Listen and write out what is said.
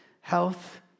Health